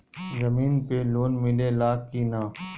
जमीन पे लोन मिले ला की ना?